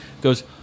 goes